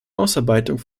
ausarbeitung